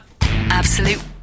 absolute